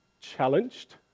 challenged